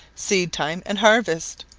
seedtime, and harvest.